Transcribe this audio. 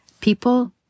people